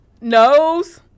nose